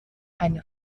eine